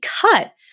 cut